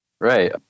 Right